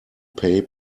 pay